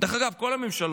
דרך אגב, כל הממשלות,